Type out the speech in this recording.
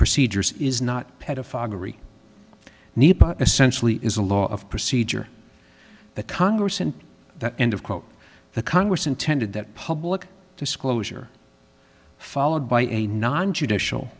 procedures is not a pedophile need essentially is a law of procedure that congress in the end of quote the congress intended that public disclosure followed by a non judicial